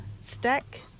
Stack